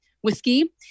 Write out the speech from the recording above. whiskey